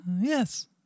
Yes